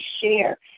share